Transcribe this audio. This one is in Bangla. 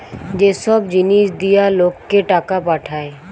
যে সব জিনিস দিয়া লোককে টাকা পাঠায়